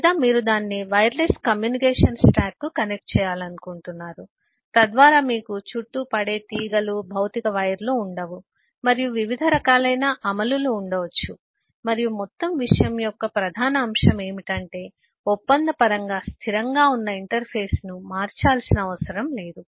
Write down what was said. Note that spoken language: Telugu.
లేదా మీరు దానిని వైర్లెస్ కమ్యూనికేషన్ స్టాక్ కు కనెక్ట్ చేయాలనుకుంటున్నారు తద్వారా మీకు చుట్టూ పడే తీగలు భౌతిక వైర్లు ఉండవు మరియు వివిధ రకాలైన అమలులు ఉండవచ్చు మరియు మొత్తం విషయం యొక్క ప్రధాన అంశం ఏమిటంటే ఒప్పందపరంగా స్థిరంగా ఉన్న ఇంటర్ఫేస్ను మార్చాల్సిన అవసరం లేదు